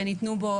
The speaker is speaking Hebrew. שניתנו בו